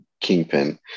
Kingpin